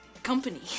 company